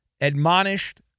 admonished